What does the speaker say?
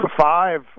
five